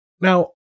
Now